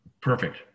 Perfect